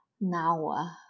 Now